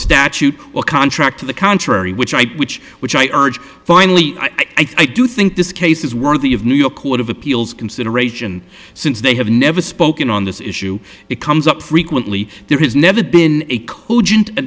statute or contract to the contrary which i which which i urged finally i do think this case is worthy of new york court of appeals consideration since they have never spoken on this issue it comes up frequently there has never been a